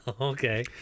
okay